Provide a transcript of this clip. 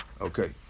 Okay